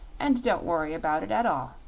and don't worry about it at all.